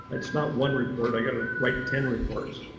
it's not one report, i gotta write ten reports.